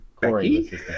Corey